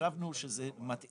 שזה שמוסיפים את זה כאן,